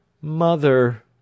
Mother